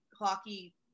hockey